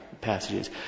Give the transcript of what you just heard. passages